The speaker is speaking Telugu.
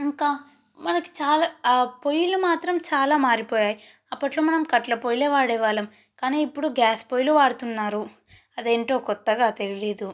ఇంకా మనకి చాలా పొయ్యిలు మాత్రం చాలా మారిపోయాయి అప్పట్లో మనం కట్టెల పొయ్యిలే వాడే వాళ్ళం కానీ ఇప్పుడు గ్యా గ్యాస్ పొయ్యిలు వాడుతున్నారు అది ఏంటో కొత్తగా తెలియదు